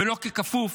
ולא ככפוף